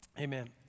Amen